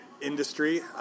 industry